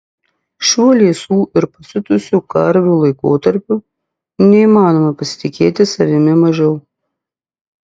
šiuo liesų ir pasiutusių karvių laikotarpiu neįmanoma pasitikėti savimi mažiau